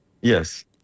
Yes